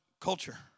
culture